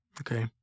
Okay